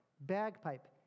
bagpipe